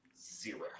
Zero